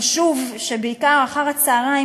חשוב שבעיקר אחר הצהריים,